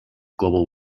global